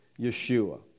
Yeshua